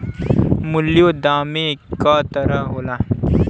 मूल्यों दामे क तरह होला